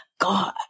God